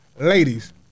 Ladies